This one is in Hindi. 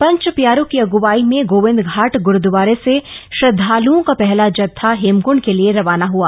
पंचप्यारों की अगवाई में गोविंदघाट ग्रुद्वारे से श्रद्धाल्ओं पहला जत्था हेमकंड के लिए रवाना हआ